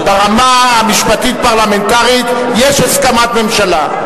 ברמה המשפטית-פרלמנטרית יש הסכמת הממשלה.